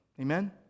Amen